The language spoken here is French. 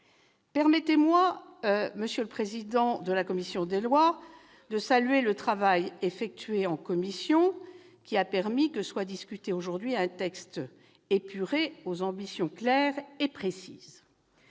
Permettez-moi, monsieur le président de la commission des lois, de saluer le travail réalisé en commission, qui a permis que soit examiné aujourd'hui un texte épuré, aux ambitions claires et précises.